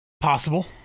possible